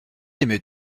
aimait